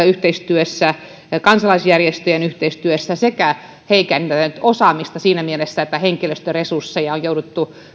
yhteistyössä kansalaisjärjestöjen yhteistyössä sekä heikentäneet osaamista siinä mielessä että henkilöstöresursseja on jouduttu